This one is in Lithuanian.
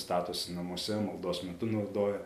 statosi namuose maldos metu naudoja